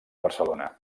barcelona